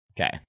Okay